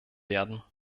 werden